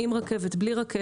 עם רכבת או בלי רכבת.